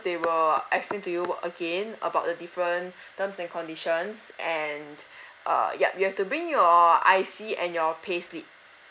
they will explain to you again about the different terms and conditions and err yup you have to bring your I_C and your payslip